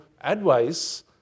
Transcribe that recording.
advice